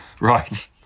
right